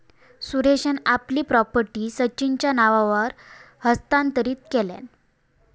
सुरेशान आपली प्रॉपर्टी सचिनच्या नावावर हस्तांतरीत केल्यान